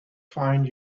find